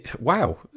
Wow